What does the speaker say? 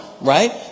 right